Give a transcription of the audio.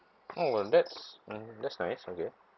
oh well that's mm that's nice okay